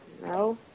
No